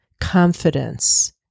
confidence